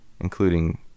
including